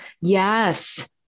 Yes